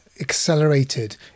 accelerated